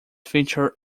featured